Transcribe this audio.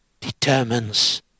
determines